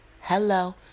Hello